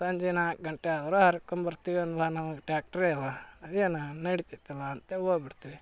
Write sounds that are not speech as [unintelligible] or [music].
ಸಂಜೆ ನಾಲ್ಕು ಗಂಟೆ ಆದರೂ ವಾರಕ್ಕೆ ಒಮ್ಮೆ ಬರ್ತೀವಿ [unintelligible] ಟ್ಯಾಕ್ಟ್ರೇ ಅವ ಅದೇನು ನಡಿತೈತಲ್ಲ ಅಂತ ಹೋಗ್ಬಿಡ್ತಿವಿ